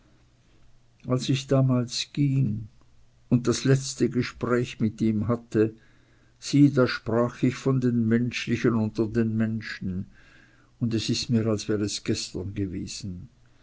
als ich damals ging und das letzte gespräch mit ihm hatte sieh da sprach ich von den menschlichen unter den menschen und es ist mir als wär es gestern gewesen